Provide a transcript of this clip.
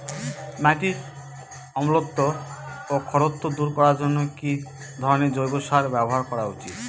মাটির অম্লত্ব ও খারত্ব দূর করবার জন্য কি ধরণের জৈব সার ব্যাবহার করা উচিৎ?